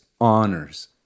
honors